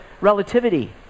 relativity